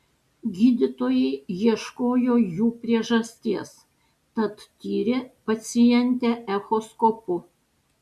gydytojai ieškojo jų priežasties tad tyrė pacientę echoskopu